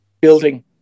building